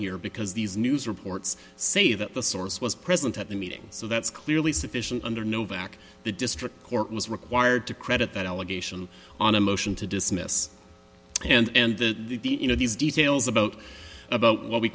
here because these news reports say that the source was present at the meetings so that's clearly sufficient under novak the district court was required to credit that allegation on a motion to dismiss and that you know these details about about what we